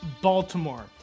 Baltimore